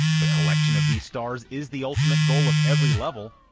the collection of these stars is the ultimate goal of every level,